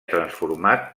transformat